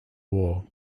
war